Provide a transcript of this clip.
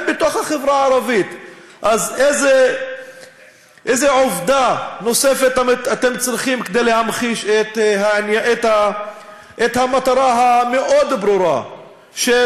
אז איזו עובדה נוספת אתם צריכים כדי להמחיש את המטרה המאוד-ברורה של